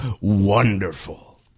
wonderful